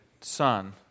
son